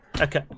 okay